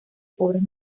pobres